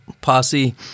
posse